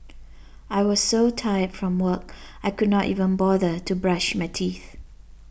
I was so tired from work I could not even bother to brush my teeth